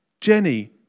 Jenny